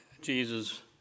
Jesus